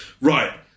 Right